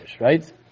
right